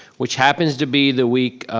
which happens to be the week